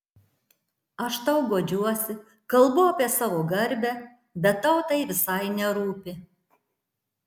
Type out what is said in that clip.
aš tau guodžiuosi kalbu apie savo garbę bet tau tai visai nerūpi